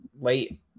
late